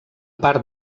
part